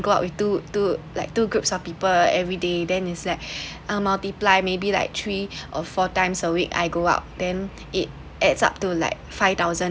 go out with two two like two groups of people everyday then is like uh multiply maybe like three or four times a week I go out then it adds up to like five thousand